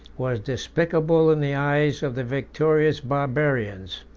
was despicable in the eyes of the victorious barbarians.